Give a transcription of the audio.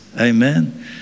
Amen